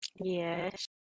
Yes